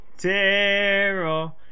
Daryl